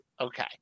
Okay